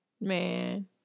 Man